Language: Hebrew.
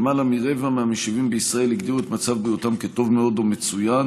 יותר מרבע מהמשיבים בישראל הגדירו את מצב בריאותם טוב מאוד או מצוין,